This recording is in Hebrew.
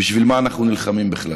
בשביל מה אנחנו נלחמים בכלל?